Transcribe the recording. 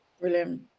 Brilliant